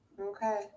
Okay